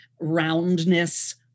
roundness